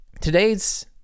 today's